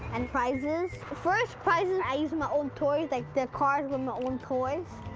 and prizes. the first prizes i used my own toys, like the cars were my own toys.